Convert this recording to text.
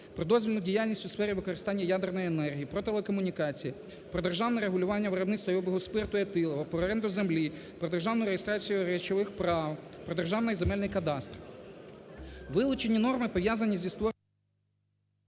про дозвільну діяльність у сфері використання ядерної енергії, про телекомунікації, про державне регулювання виробництва і обігу спирту етилового, про оренду землі, про державну реєстрацію речових прав, про Державний земельний кадастр. Вилучені норми, пов'язані… ГОЛОВУЮЧИЙ.